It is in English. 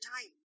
time